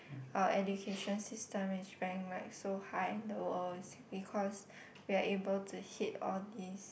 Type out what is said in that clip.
our education system is ranked like so high in the world it's because we are able to hit all this